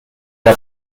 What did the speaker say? der